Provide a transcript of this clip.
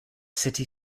city